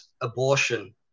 abortion